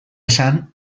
esan